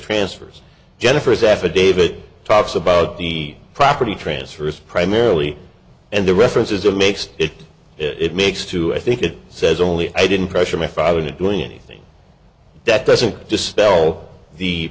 transfers jennifer's affidavit talks about the property transfers primarily and the references are makes it it makes to i think it says only i didn't pressure my father to do anything that doesn't dispel the